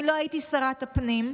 אני לא הייתי שרת הפנים,